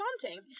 planting